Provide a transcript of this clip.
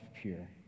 pure